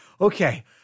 Okay